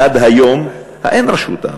אין רשות,